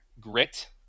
grit